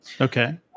Okay